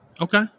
Okay